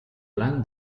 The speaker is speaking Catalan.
blanc